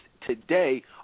today